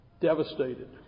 devastated